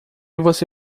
você